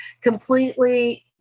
completely